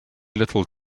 little